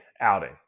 outing